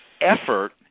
effort